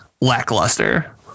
lackluster